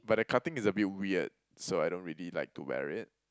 but the cutting is a bit weird so I don't really like to wear it